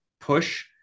push